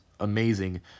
Amazing